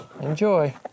enjoy